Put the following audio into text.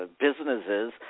businesses